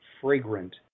fragrant